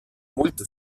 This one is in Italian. molto